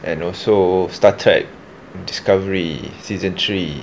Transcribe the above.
and also star trek discovery season three